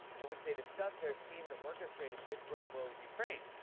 in which they discussed their scheme to orchestrate a quid pro quo with ukraine.